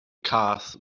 cath